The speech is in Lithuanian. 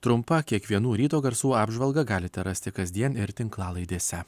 trumpą kiekvienų ryto garsų apžvalgą galite rasti kasdien ir tinklalaidėse